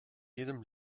jedem